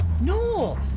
No